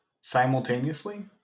simultaneously